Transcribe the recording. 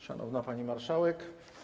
Szanowna Pani Marszałek!